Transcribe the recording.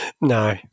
No